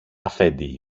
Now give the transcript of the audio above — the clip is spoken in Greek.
αφέντη